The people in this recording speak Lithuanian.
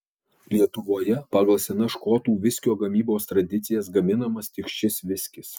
lietuvoje pagal senas škotų viskio gamybos tradicijas gaminamas tik šis viskis